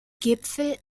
gipfel